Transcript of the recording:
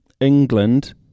England